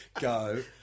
go